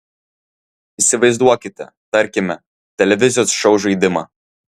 įsivaizduokite tarkime televizijos šou žaidimą